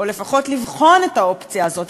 או לפחות לבחון את האופציה הזאת,